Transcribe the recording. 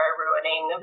ruining